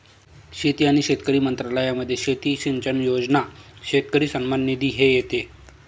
शेती आणि शेतकरी मंत्रालयामध्ये शेती सिंचन योजना, शेतकरी सन्मान निधी हे येते